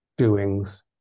doings